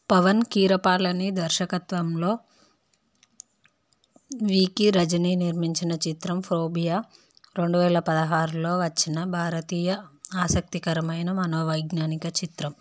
పవన్ కిరపాలని ధర్మకత్వంలో వికీ రజని నిర్మించిన చిత్రం ఫోబియా రెండు వేల పదహారులో వచ్చిన భారతీయ ఆసక్తికరమైన మనోవైజ్ఞానిక చిత్రం